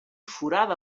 forada